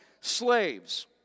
Slaves